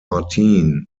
martin